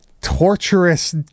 Torturous